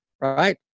right